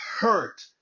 hurt